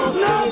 no